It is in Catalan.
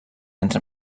entre